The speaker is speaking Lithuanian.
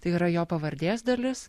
tai yra jo pavardės dalis